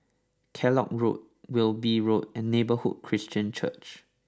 Kellock Road Wilby Road and Neighbourhood Christian Church